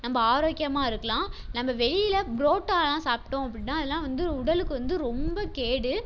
நம்ம ஆரோக்கியமாக இருக்கலாம் நம்ம வெளியில் புரோட்டாலாம் சாப்பிட்டோம் அப்படின்னா அதெல்லாம் வந்து உடலுக்கு வந்து ரொம்ப கேடு